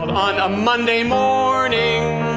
on on a monday morning.